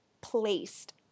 placed